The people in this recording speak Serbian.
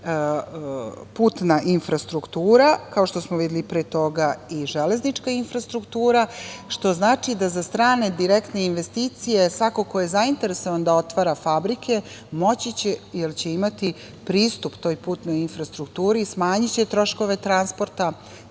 putna infrastruktura, kao što smo videli pre toga i železnička infrastruktura, što znači da za strane direktne investicije, svako ko je zainteresovan da otvara fabrike, moći će jer će imati pristup toj putnoj infrastrukturi i smanjiće troškove transporta.